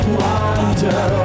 wonder